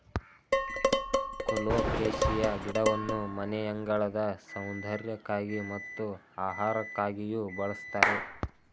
colocasia ಗಿಡವನ್ನು ಮನೆಯಂಗಳದ ಸೌಂದರ್ಯಕ್ಕಾಗಿ ಮತ್ತು ಆಹಾರಕ್ಕಾಗಿಯೂ ಬಳ್ಸತ್ತರೆ